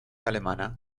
alemana